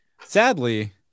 sadly